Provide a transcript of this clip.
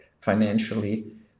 financially